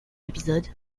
épisode